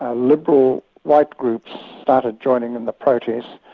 ah liberal white groups started joining in the protest,